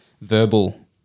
verbal